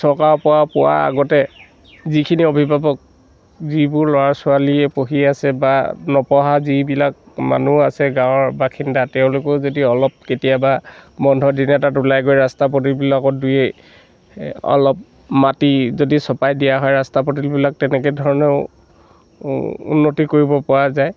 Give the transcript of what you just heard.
চৰকাৰৰ পৰা পোৱা আগতে যিখিনি অভিভাৱক যিবোৰ ল'ৰা ছোৱালীয়ে পঢ়ি আছে বা নপঢ়া যিবিলাক মানুহ আছে গাঁৱৰ বাসিন্দা তেওঁলোকেও যদি অলপ কেতিয়াবা বন্ধৰ দিন এটাত ওলাই গৈ ৰাস্তা পদূলিবিলাকত দুই অলপ মাটি যদি চপাই দিয়া হয় ৰাস্তা পদূলিবিলাক তেনেকৈ ধৰণেও উন্নতি কৰিব পৰা যায়